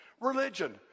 religion